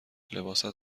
لباست